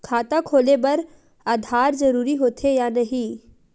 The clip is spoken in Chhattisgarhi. खाता खोले बार आधार जरूरी हो थे या नहीं?